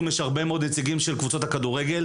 יש הרבה מאוד נציגים של קבוצות הכדורגל.